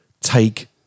take